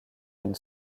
une